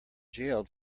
jailed